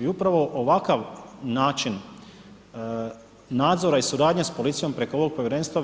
I upravo ovakav način nadzora i suradnje s policijom preko ovog povjerenstva